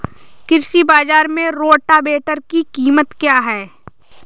कृषि बाजार में रोटावेटर की कीमत क्या है?